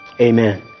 Amen